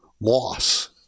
loss